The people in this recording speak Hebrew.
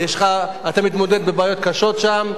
אתה מתמודד עם בעיות קשות שם,